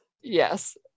Yes